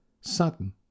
Sudden